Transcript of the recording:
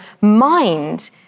mind